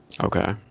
Okay